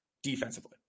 defensively